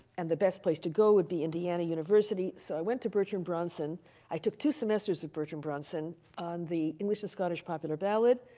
and the best place to go would be indiana university. so, i went to bertrand bronson, i took two semesters with bertrand bronson on the english and scottish popular ballad.